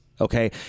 Okay